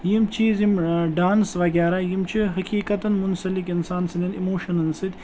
یِم چیٖز یِم ڈانٕس وغیرہ یِم چھِ حقیٖقتَن مُنسلِک اِنسان سٕنٛدٮ۪ن اِموشَنَن سۭتۍ